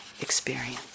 experience